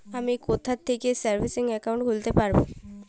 আমি কোথায় থেকে সেভিংস একাউন্ট খুলতে পারবো?